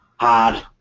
hard